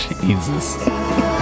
jesus